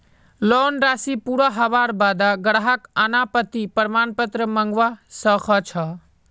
loan राशि पूरा हबार बा द ग्राहक अनापत्ति प्रमाण पत्र मंगवा स ख छ